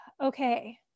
okay